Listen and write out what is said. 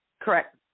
Correct